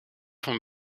van